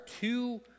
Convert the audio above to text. two